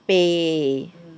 pain